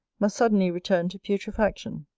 must suddenly return to putrefaction.